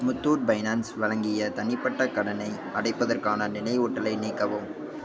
Muthoot finance வழங்கிய தனிப்பட்ட கடனை அடைப்பதற்கான நினைவூட்டலை நீக்கவும்